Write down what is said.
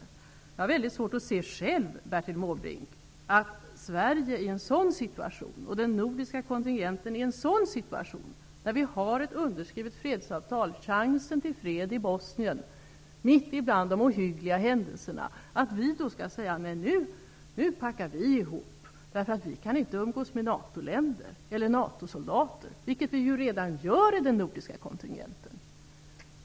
Jag har väldigt svårt att se att Sverige i en situation då det finns ett underskrivet fredsavtal, chans till fred i Bosnien mitt ibland de ohyggliga händelserna, skulle säga: Nu packar vi ihop, för vi kan inte umgås med NATO-soldater! Det gör vi ju redan i den nordiska kontingenten.